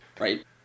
right